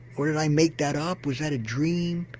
or did i make that up, was that a dream?